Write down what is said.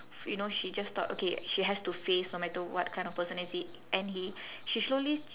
you know she just thought okay she has to face no matter what kind of person is he and he she slowly